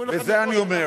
וזה אני אומר,